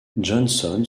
johnson